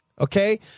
Okay